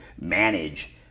manage